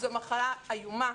זו מחלה איומה,